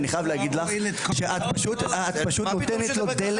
אני חייב להגיד לך שאת פשוט נותנת לו דלק.